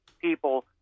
people